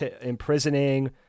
imprisoning